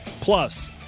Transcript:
Plus